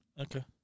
Okay